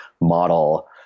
model